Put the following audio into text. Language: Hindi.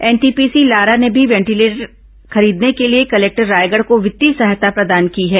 एनटीपीसी लारा ने भी वेंटिलेटर खरीदने के लिए कलेक्टर रायगढ़ को वित्तीय सहायता प्रदान की है